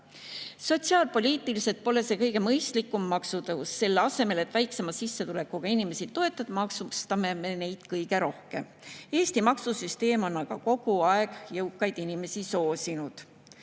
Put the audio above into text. Sotsiaalpoliitiliselt ei ole see kõige mõistlikum maksutõus. Selle asemel, et väiksema sissetulekuga inimesi toetada, maksustame me neid kõige rohkem. Eesti maksusüsteem on aga kogu aeg jõukaid inimesi soosinud.